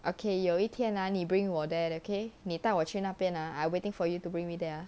okay 有一天那里 bring while there okay 你带我去那边 are waiting for you to bring me there